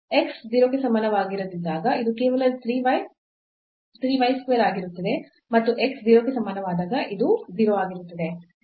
x 0 ಕ್ಕೆ ಸಮಾನವಾಗಿರದಿದ್ದಾಗ ಇದು ಕೇವಲ 3 y 3 y square ಆಗಿರುತ್ತದೆ ಮತ್ತು x 0 ಕ್ಕೆ ಸಮಾನವಾದಾಗ ಇದು 0 ಆಗಿರುತ್ತದೆ